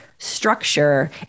Structure